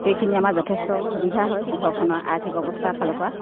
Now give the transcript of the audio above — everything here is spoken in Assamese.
সেইখিনি আমাৰ যথেষ্ট সুবিধা হয় ঘৰখনৰ আৰ্থিক অৱস্থা ফালৰ পৰা